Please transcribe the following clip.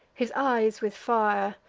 his eyes with fire,